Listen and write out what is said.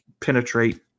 penetrate